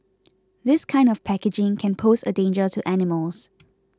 this kind of packaging can pose a danger to animals